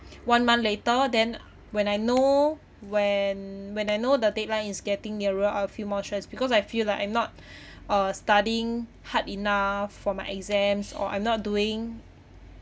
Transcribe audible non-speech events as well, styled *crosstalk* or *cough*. one month later then when I know when when I know the deadline is getting nearer I'll feel more stress because I feel like I'm not *breath* uh studying hard enough for my exams or I'm not doing